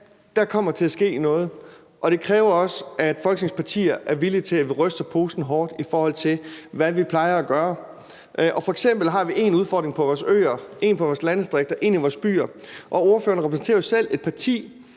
der kommer til at ske noget, og det kræver også, at Folketingets partier er villige til, at vi ryster posen hårdt, i forhold til hvad vi plejer at gøre. F.eks. har vi én udfordring på vores øer, en anden i vores landdistrikter og en tredje i vores byer. Ordføreren repræsenterer jo selv et parti,